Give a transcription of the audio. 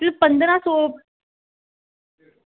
की पंदरां सौ